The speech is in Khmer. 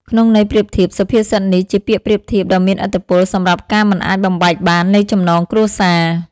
ក្នុងន័យប្រៀបធៀប សុភាសិតនេះជាពាក្យប្រៀបធៀបដ៏មានឥទ្ធិពលសម្រាប់ការមិនអាចបំបែកបាននៃចំណងគ្រួសារ។